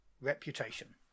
reputation